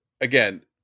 again